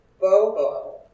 Bobo